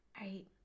right